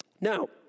Now—